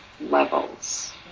levels